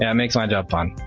yeah makes my job fun.